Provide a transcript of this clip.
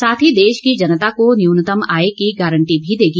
साथ ही देश की जनता को न्यूनतम आय की गारंटी भी देगी